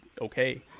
okay